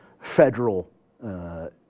federal